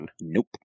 nope